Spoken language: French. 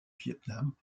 vietnam